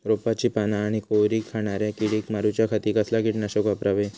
रोपाची पाना आनी कोवरी खाणाऱ्या किडीक मारूच्या खाती कसला किटकनाशक वापरावे?